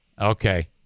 okay